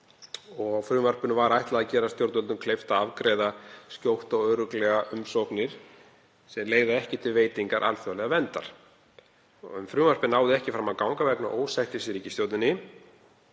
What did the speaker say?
Frumvarpinu var ætlað að gera stjórnvöldum kleift að afgreiða fljótt og örugglega umsóknir sem ekki leiða til veitingar alþjóðlegrar verndar. Frumvarpið náði ekki fram að ganga vegna ósættis í ríkisstjórninni